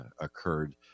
occurred